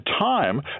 time